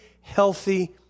healthy